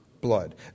blood